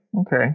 Okay